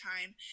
time